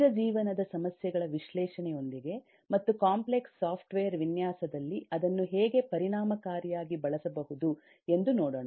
ನಿಜ ಜೀವನದ ಸಮಸ್ಯೆಗಳ ವಿಶ್ಲೇಷಣೆಯೊಂದಿಗೆ ಮತ್ತು ಕಾಂಪ್ಲೆಕ್ಸ್ ಸಾಫ್ಟ್ವೇರ್ ವಿನ್ಯಾಸದಲ್ಲಿ ಅದನ್ನು ಹೇಗೆ ಪರಿಣಾಮಕಾರಿಯಾಗಿ ಬಳಸಬಹುದು ಎಂದು ನೋಡೋಣ